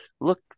look